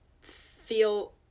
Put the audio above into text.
feel